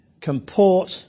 comport